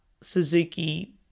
Suzuki